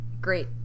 Great